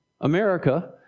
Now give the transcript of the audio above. America